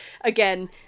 again